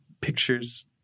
pictures